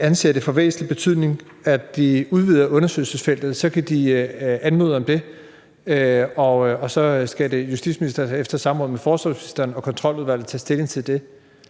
anser det for af væsentlig betydning, at de udvider undersøgelsesfeltet, så kan de anmode om det, og så skal justitsministeren efter samråd med forsvarsministeren og Kontroludvalget tage stilling til det?